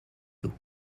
d’eau